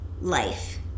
life